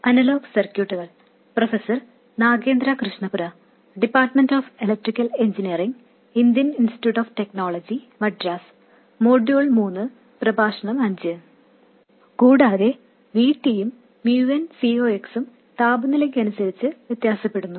കൂടാതെ VT യും mu n C ox ഉം താപനിലയ്ക് അനുസരിച്ച് വ്യത്യാസപ്പെടുന്നു